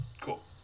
Cool